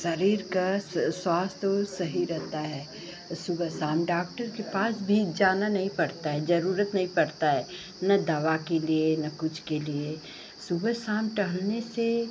शरीर का स्वास्थ्य वो सही रहता है सुबह शाम डॉक्टर के पास भी जाना नहीं पड़ता है ज़रूरत नहीं पड़ती है ना दवा के लिए ना कुछ के लिए सुबह शाम टहलने से